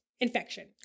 infection